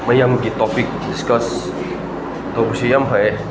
ꯃꯌꯥꯝꯒꯤ topic discuss ꯇꯧꯔꯤꯁꯤ ꯌꯥꯝ ꯐꯩꯌꯦ